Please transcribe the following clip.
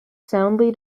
soundly